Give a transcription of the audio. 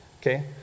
Okay